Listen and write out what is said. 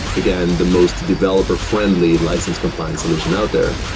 again, the most developer-friendly license compliance solution out there.